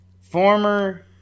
former